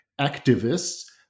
activists